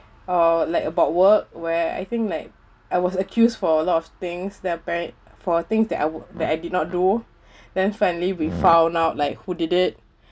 or like about work where I think like I was accused for a lot of things then apparently for things that I would that I did not do then finally we found out like who did it